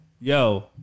Yo